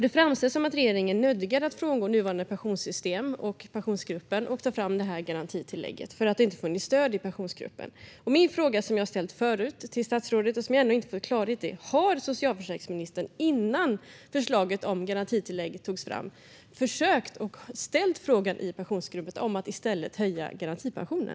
Det framställs som att regeringen är nödgad att frångå nuvarande pensionssystem och Pensionsgruppen och ta fram det här garantitillägget för att det inte funnits stöd i Pensionsgruppen. Jag har ställt denna fråga förut till statsrådet, men jag har ännu inte fått klarhet i detta: Har socialförsäkringsministern innan förslaget om garantitillägg togs fram ställt frågan i Pensionsgruppen om att i stället höja garantipensionen?